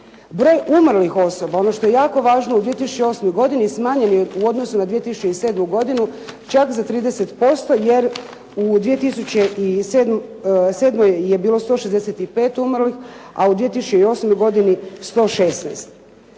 Broj umrlih osoba ono što je jako važno u 2008. godini smanjen je u odnosu na 2007. godinu čak za 30%, jer u 2007. je bilo 165 umrlih, a u 2008. godini 116.